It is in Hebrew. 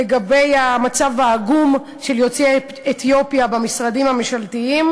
לגבי המצב העגום של העסקת יוצאי אתיופיה במשרדים הממשלתיים.